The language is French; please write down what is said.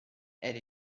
elle